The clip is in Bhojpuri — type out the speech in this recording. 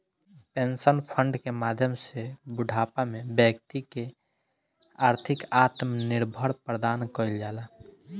पेंशन फंड के माध्यम से बूढ़ापा में बैक्ति के आर्थिक आत्मनिर्भर प्रदान कईल जाला